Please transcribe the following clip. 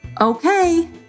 Okay